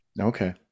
Okay